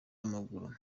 w’amaguru